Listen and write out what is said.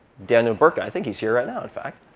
daniel burka i think he's here right now, in fact